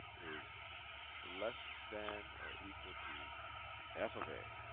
is less than or equal to f of a.